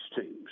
teams